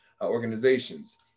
organizations